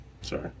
sorry